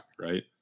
right